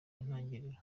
ntangiriro